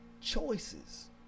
choices